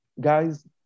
guys